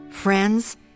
Friends